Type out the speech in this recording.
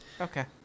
Okay